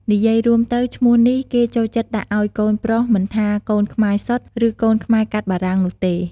និយាយរួមទៅឈ្មោះនេះគេចូលចិត្តដាក់អោយកូនប្រុសមិនថាកូនខ្មែរសុទ្ធ ឬកូនខ្មែរកាត់បារាំងនោះទេ។